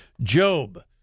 Job